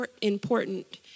important